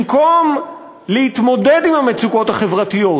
במקום להתמודד עם המצוקות החברתיות